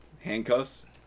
handcuffs